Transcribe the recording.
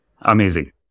amazing